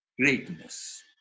greatness